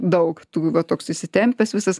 daug va toks įsitempęs visas